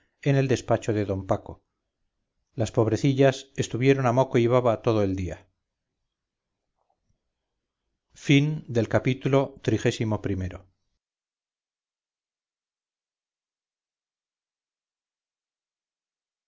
en el despacho de d paco las pobrecillas estuvieron a moco y baba todo el día ii